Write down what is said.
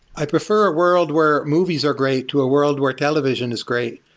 i prefer a world where movies are great to a world where television is great.